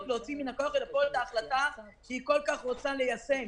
להוציא מן הכוח אל הפועל את ההחלטה שהיא כל כך רוצה ליישם,